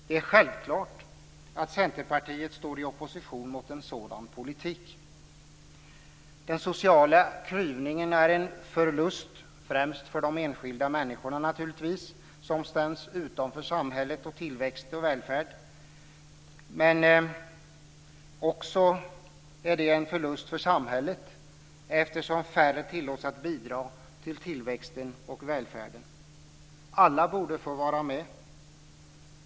Det är självklart att Centerpartiet står i opposition mot en sådan politik. Den sociala klyvningen är en förlust främst för enskilda människor som ställs utanför samhället, tillväxten och välfärden. Men det är också en förlust för samhället eftersom färre tillåts bidra till tillväxten och välfärden. Alla borde få vara med.